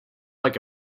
like